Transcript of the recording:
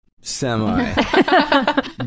semi